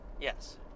Yes